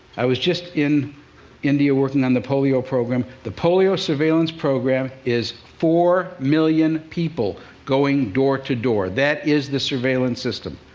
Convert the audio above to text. i was just in india working on the polio program. the polio surveillance program is four million people going door to door. that is the surveillance system.